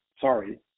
Sorry